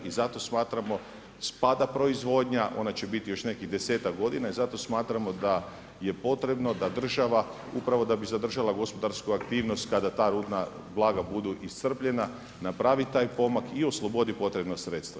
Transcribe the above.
I zato smatramo, spada proizvodnja, ona će biti još nekih 10-tak godina i zato smatramo da je potrebno, da država, upravo da bi zadržala gospodarsku aktivnost, kada ta rudna blaga budu iscrpljena, napravi taj pomak i oslobodi potrebna sredstva.